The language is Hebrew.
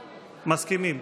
מסכימים.